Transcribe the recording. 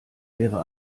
wäre